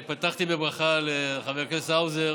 אני פתחתי בברכה לחבר הכנסת האוזר